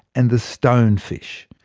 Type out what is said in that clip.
and the stone fish.